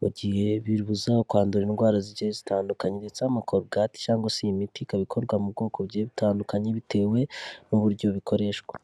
mu gihe bibuza kwandura indwara zigiye zitandukanye ndetse amakorogate cyangwa se iyi miti ikaba ikorwa mu bwokobugiye butandukanye bitewe n'uburyo bikoreshwa.